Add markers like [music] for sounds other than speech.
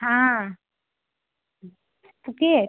हाँ [unintelligible]